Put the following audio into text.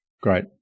Great